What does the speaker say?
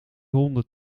honden